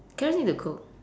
carrots need to cook